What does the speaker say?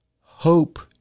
hope